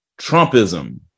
Trumpism